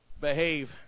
Behave